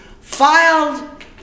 filed